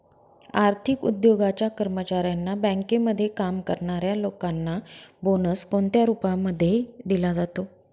आर्थिक उद्योगाच्या कर्मचाऱ्यांना, बँकेमध्ये काम करणाऱ्या लोकांना बोनस कोणत्या रूपामध्ये दिला जातो?